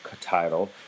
title